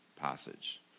passage